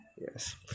Yes